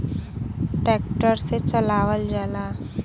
tractor से चलावल जाला